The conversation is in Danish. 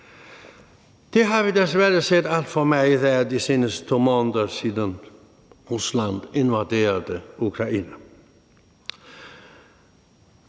Det har vi desværre set alt for meget af i de seneste 2 måneder, siden Rusland invaderede Ukraine.